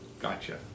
gotcha